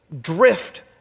drift